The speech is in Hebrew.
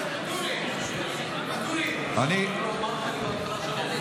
תודה רבה.